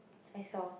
I saw